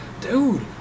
Dude